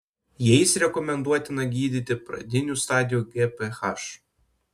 jais rekomenduotina gydyti pradinių stadijų gph